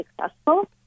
successful